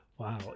Wow